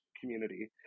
community